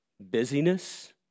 Busyness